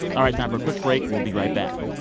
all right, time for a quick break. we'll be right back